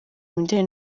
imideli